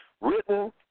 Written